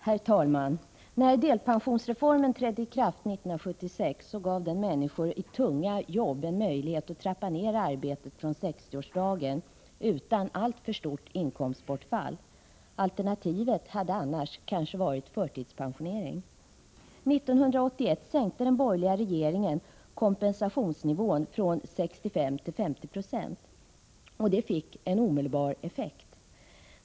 Herr talman! När delpensionsreformen trädde i kraft 1976 gav den människor med tunga jobb en möjlighet att trappa ned arbetet från 60-årsdagen utan alltför stort inkomstbortfall. Alternativet hade annars kanske varit förtidspensionering. 1981 sänkte den borgerliga regeringen kompensationsnivån från 65 9 till 50 920. Det fick en omedelbar effekt.